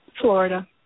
Florida